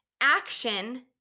action